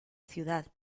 ciudad